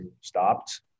stopped